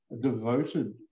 devoted